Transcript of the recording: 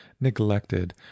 neglected